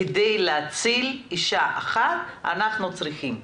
כדי להציל אישה אחת אנחנו צריכים ---,